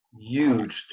huge